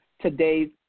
today's